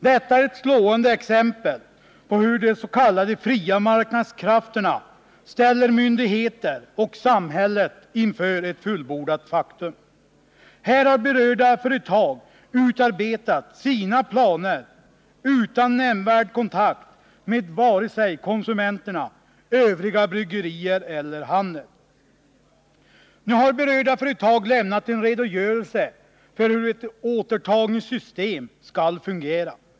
Detta är ett slående exempel på hur de s.k. fria marknadskrafterna ställer myndigheter och samhälle inför ett fullbordat faktum. Här har berörda företag utarbetat sina planer utan nämnvärd kontakt med vare sig konsumenterna, övriga bryggerier eller handeln. Nu har berörda företag lämnat en redogörelse för hur ett återtagningssystem skall fungera.